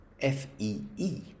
F-E-E